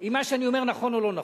אם מה שאני אומר נכון או לא נכון,